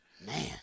Man